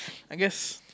I guess